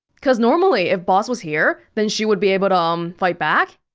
cause normally if boss was here, then she would be able to um, fight back,